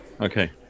Okay